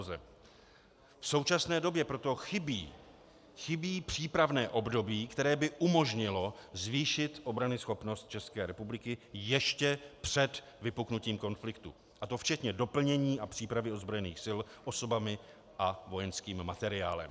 V současné době proto chybí přípravné období, které by umožnilo zvýšit obranyschopnost České republiky ještě před vypuknutím konfliktu, a to včetně doplnění a přípravy ozbrojených sil osobami a vojenským materiálem.